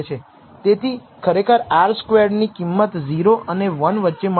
તેથી ખરેખર r squared ની કિંમત 0 અને 1 વચ્ચે મળશે